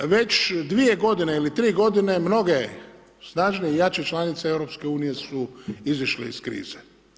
Već dvije godine ili tri godine, mnoge snažnije i jače članice EU su izišle iz krize.